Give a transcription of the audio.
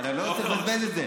אני לא רוצה לבזבז את זה.